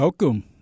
Welcome